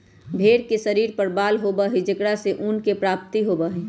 भेंड़ के शरीर पर बाल होबा हई जेकरा से ऊन के प्राप्ति होबा हई